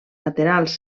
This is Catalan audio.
laterals